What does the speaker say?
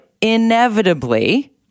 inevitably